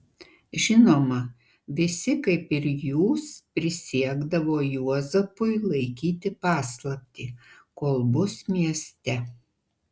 žinoma visi kaip ir jūs prisiekdavo juozapui laikyti paslaptį kol bus mieste